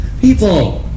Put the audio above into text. people